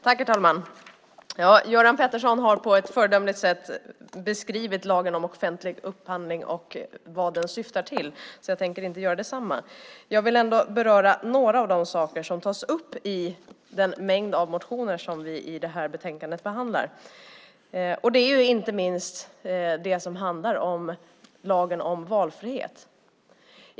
Herr talman! Göran Pettersson har på ett föredömligt sätt beskrivit lagen om offentlig upphandling och vad den syftar till, så jag tänker inte göra detsamma. Jag vill ändå beröra några av de saker som tas upp i den mängd av motioner som vi behandlar i betänkandet. Det gäller inte minst det som handlar om lagen om valfrihet.